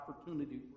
opportunity